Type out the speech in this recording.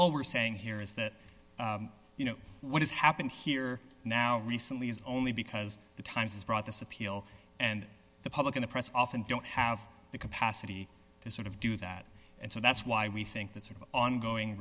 we're saying here is that you know what has happened here now recently is only because the times has brought this appeal and the public in the press often don't have the capacity to sort of do that and so that's why we think that's an ongoing